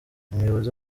umuyobozi